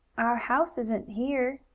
our house isn't here,